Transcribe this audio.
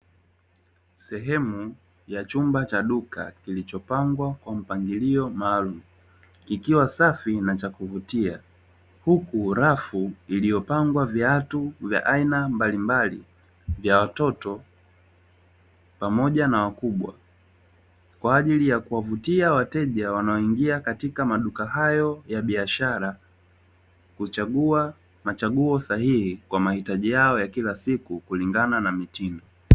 Sehemu ya chumba cha duka kilicho pangwa kwa mpangilio maalum, kikiwa safi na cha kuvutia huku rafu iliyopangwa viatu vya aina mbalimbali vya watoto pamoja na wakubwa kwa ajili ya kuwavutia wateja wanaoingia katika maduka hayo ya biashara kuchagua machagua sahihi kwa mahitaji yao ya kila siku kulingana na mtindo.